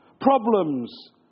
Problems